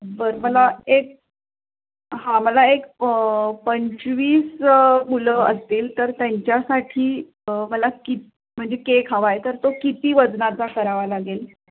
बरं मला एक हां मला एक पंचवीस मुलं असतील तर त्यांच्यासाठी मला किती म्हणजे केक हवा आहे तर तो किती वजनाचा करावा लागेल